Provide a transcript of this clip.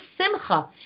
simcha